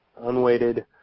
unweighted